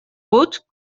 autres